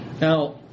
Now